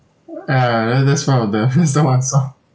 uh tha~ that's part of the